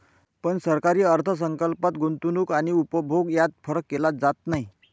पण सरकारी अर्थ संकल्पात गुंतवणूक आणि उपभोग यात फरक केला जात नाही